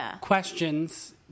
questions